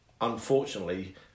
unfortunately